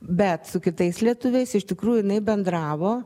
bet su kitais lietuviais iš tikrųjų jinai bendravo